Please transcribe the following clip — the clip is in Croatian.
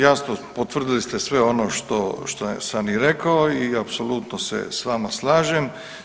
Jasno potvrdili ste sve ono što sam i rekao i apsolutno se s vama slažem.